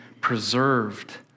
preserved